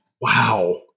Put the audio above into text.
Wow